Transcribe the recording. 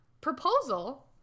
proposal